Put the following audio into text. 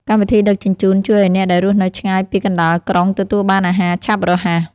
កម្មវិធីដឹកជញ្ជូន ជួយឱ្យអ្នកដែលរស់នៅឆ្ងាយពីកណ្ដាលក្រុង ទទួលបានអាហារឆាប់រហ័ស។